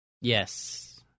Yes